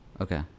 Okay